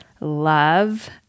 Love